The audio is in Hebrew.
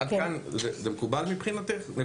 זה מקובל מבחינתך?